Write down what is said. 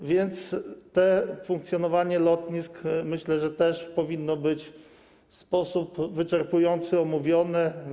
A więc to funkcjonowanie lotnisk, myślę, też powinno być w sposób wyczerpujący omówione.